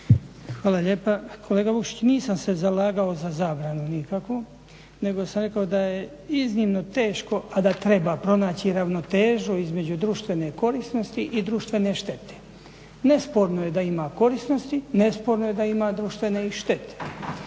Hvala lijepa. Kolega Vukšić nisam se zalagao za zabranu nikakvu nego sam rekao da je iznimno teško a da treba pronaći ravnotežu između društvene korisnosti i društvene štete, nesporno je da ima korisnosti, nesporno je ima društvene i štete.